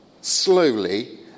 slowly